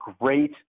great